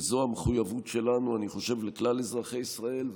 אני חושב שזו המחויבות שלנו לכלל אזרחי ישראל,